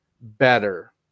better